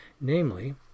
namely